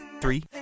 three